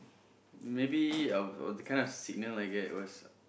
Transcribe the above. maybe of that kind of signal I get was